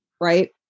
Right